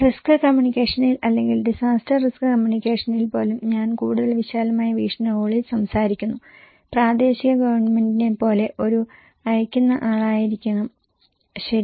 risk കമ്മ്യൂണിക്കേഷനിൽ അല്ലെങ്കിൽ disaster risk കമ്മ്യൂണിക്കേഷനിൽ പോലും ഞാൻ കൂടുതൽ വിശാലമായ വീക്ഷണകോണിൽ സംസാരിക്കുന്നു പ്രാദേശിക ഗവൺമെന്റിനെപ്പോലെ ഒരു അയക്കുന്ന ആളായിരിക്കണം ശരി